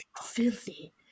Filthy